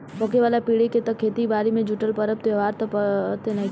होखे वाला पीढ़ी के त खेती बारी से जुटल परब त्योहार त पते नएखे